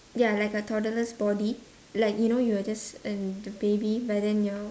ya like a toddler's body like you know you are just in the baby but then your